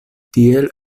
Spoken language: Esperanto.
tiel